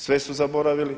Sve su zaboravili.